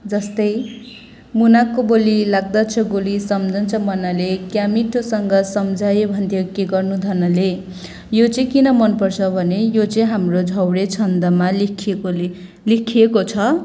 जस्तै मुनाको बोली लाग्दछ गोली सम्झन्छ मनले क्या मिठोसँग सम्झाइ भन्थ्यो के गर्नु धनले यो चाहिँ किन मनपर्छ भने यो चाहिँ हाम्रो झ्याउरे छन्दमा लेखिएको छ